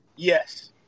Yes